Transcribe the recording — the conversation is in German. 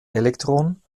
elektron